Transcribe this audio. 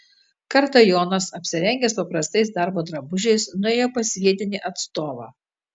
kartą jonas apsirengęs paprastais darbo drabužiais nuėjo pas vietinį atstovą